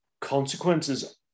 consequences